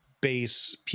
base